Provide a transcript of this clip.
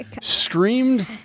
screamed